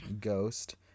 Ghost